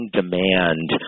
demand